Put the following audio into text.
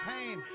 Pain